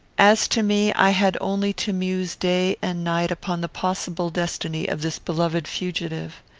as to me, i had only to muse day and night upon the possible destiny of this beloved fugitive.